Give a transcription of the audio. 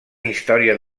història